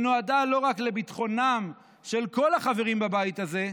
שנועדה לא רק לביטחונם של כל החברים בבית הזה,